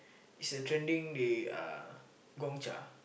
is a trending they uh Gongcha